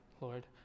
Lord